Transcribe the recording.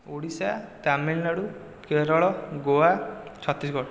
Odisha Tamil Nadu Kerala Goa Chhattisgarh